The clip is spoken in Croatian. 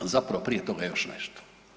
Zapravo prije toga još nešto.